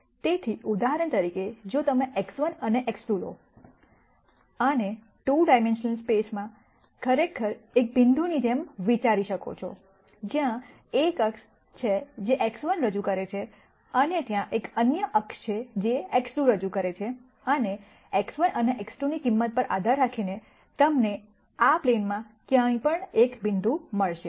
તેથી ઉદાહરણ તરીકે જો તમે x1 અને x2 લો આને 2 ડાઈમેન્શનલ સ્પેસમાં ખરેખર એક બિંદુ ની જેમ વિચારી શકો છો જ્યાં એક અક્ષ છે જે x1 રજૂ કરે છે ને અને ત્યાં એક અન્ય અક્ષ છે જે x2 રજૂ કરે છે અને x1 અને x2 ની કિંમત પર આધાર રાખી ને તમને આ પ્લેનમાં ક્યાંય પણ એક બિંદુ મળશે